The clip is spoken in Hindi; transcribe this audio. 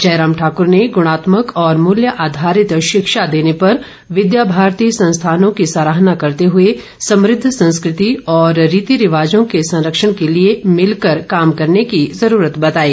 जयराम ठाक्र ने गुणात्मक और मूल्य आधारित शिक्षा देने पर विद्या भारती संस्थानों की सराहना करते हुए समद्ध संस्कृति और रीति रिवाजों के संरक्षण के लिए मिलकर काम करने की जरूरत बताई